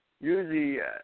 Usually